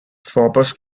shoppers